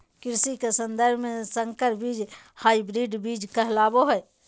कृषि के सन्दर्भ में संकर बीज हायब्रिड बीज कहलाबो हइ